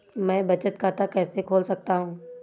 मैं बचत खाता कैसे खोल सकता हूँ?